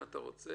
אם אתה רוצה,